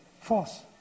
force